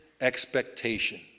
expectation